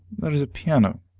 there is a piano,